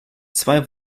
zwei